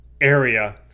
area